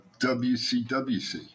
WCWC